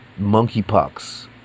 monkeypox